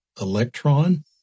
Electron